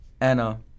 Anna